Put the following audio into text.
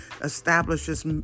establishes